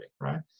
right